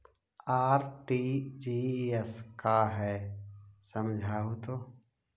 RTGS का है समझाहू तो?